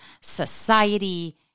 society